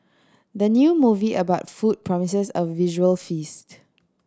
the new movie about food promises a visual feast